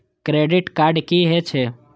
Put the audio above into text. Credit card की हे छे?